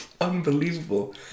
Unbelievable